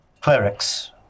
clerics